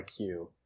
IQ